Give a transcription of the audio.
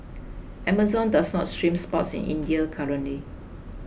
Amazon does not stream sports in India currently